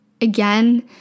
again